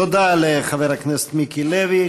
תודה לחבר הכנסת מיקי לוי.